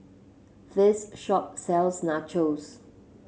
this shop sells Nachos